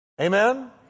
Amen